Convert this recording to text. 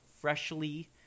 freshly